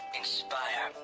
inspire